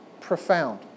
Profound